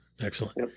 Excellent